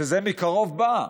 שזה מקרוב באה.